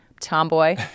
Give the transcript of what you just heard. tomboy